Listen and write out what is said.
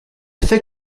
fait